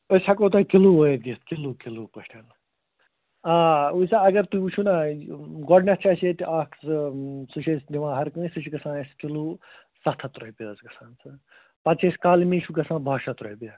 أسۍ ہٮ۪کَو تۄہہِ کِلوٗ وٲے دِتھ کِلوٗ کِلوٗ پٲٹھٮ۪ن آ وُچھ سا اَگر تُہۍ وُچھِو نا گۄڈٕنٮ۪تھ چھِ اَسہِ ییٚتہِ اَکھ زٕ سُہ چھِ أسۍ دِوان ہر کانٛسہِ سُہ چھُ گژھان اَسہِ کِلوٗ سَتھ ہَتھ رۄپیہِ حظ گژھان سُہ پَتہٕ چھِ أسۍ کَلمی چھُ گژھان باہ شیٚتھ رۄپیہِ